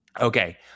Okay